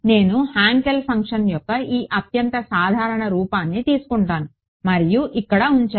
నేను Hankel function యొక్క ఈ అత్యంత సాధారణ రూపాన్ని తీసుకుంటాను మరియు ఇక్కడ ఉంచాను